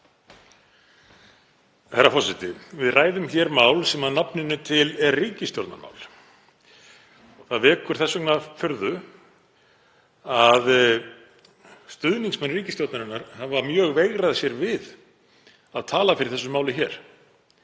Herra forseti. Við ræðum hér mál sem að nafninu til er ríkisstjórnarmál. Það vekur þess vegna furðu að stuðningsmenn ríkisstjórnarinnar hafa mjög veigrað sér við að tala fyrir þessu máli.